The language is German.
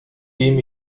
dem